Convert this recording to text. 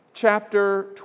chapter